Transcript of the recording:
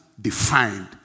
defined